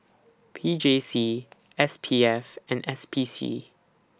P J C S P F and S P C